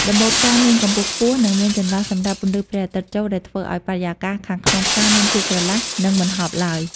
ដំបូលផ្សារមានកម្ពស់ខ្ពស់ និងមានចន្លោះសម្រាប់ពន្លឺព្រះអាទិត្យចូល ដែលធ្វើឱ្យបរិយាកាសខាងក្នុងផ្សារមានភាពស្រឡះ និងមិនហប់ឡើយ។